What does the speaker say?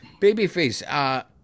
babyface